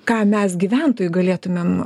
ką mes gyventojai galėtumėm